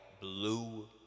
blue